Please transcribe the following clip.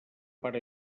pare